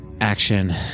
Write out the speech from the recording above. Action